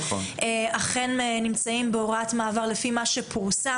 אכן נמצאים בהוראת מעבר לפי מה שפורסם.